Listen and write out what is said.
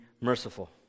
merciful